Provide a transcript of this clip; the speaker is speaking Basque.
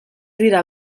dira